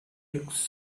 looks